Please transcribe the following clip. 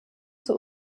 zur